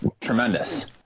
tremendous